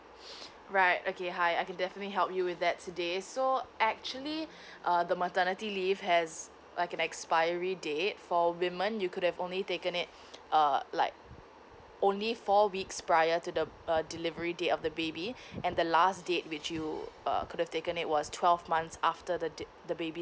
right okay hi I can definitely help you with that today so actually uh the maternity leave has like an expiry date for women you could have only taken it uh like only four weeks prior to the uh delivery date of the baby and the last date which you uh could have taken it was twelve months after the date the baby's